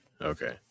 Okay